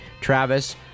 Travis